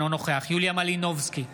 אינו נוכח יוליה מלינובסקי,